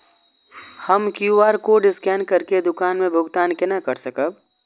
हम QR code scan करके दुकान में भुगतान केना कर सकब?